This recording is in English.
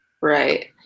right